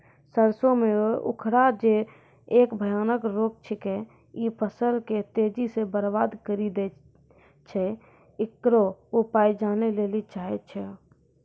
सरसों मे उखरा जे एक भयानक रोग छिकै, इ फसल के तेजी से बर्बाद करि दैय छैय, इकरो उपाय जाने लेली चाहेय छैय?